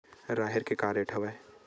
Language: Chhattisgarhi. राहेर के का रेट हवय?